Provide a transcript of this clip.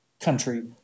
country